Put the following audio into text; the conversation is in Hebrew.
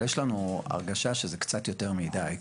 אבל יש לנו הרגשה שזה קצת יותר מידי.